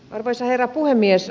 arvoisa herra puhemies